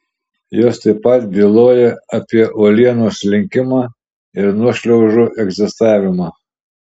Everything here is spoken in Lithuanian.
jos taip pat byloja apie uolienų slinkimą ir nuošliaužų egzistavimą